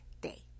day